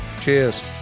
Cheers